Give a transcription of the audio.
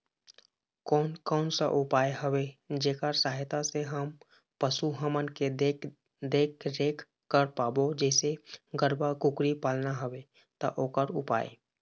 कोन कौन सा उपाय हवे जेकर सहायता से हम पशु हमन के देख देख रेख कर पाबो जैसे गरवा कुकरी पालना हवे ता ओकर उपाय?